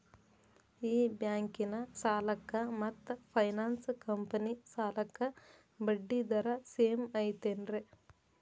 ಈ ಬ್ಯಾಂಕಿನ ಸಾಲಕ್ಕ ಮತ್ತ ಫೈನಾನ್ಸ್ ಕಂಪನಿ ಸಾಲಕ್ಕ ಬಡ್ಡಿ ದರ ಸೇಮ್ ಐತೇನ್ರೇ?